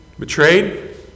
Betrayed